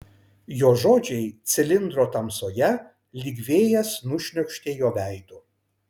jo žodžiai cilindro tamsoje lyg vėjas nušniokštė jo veidu